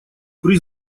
при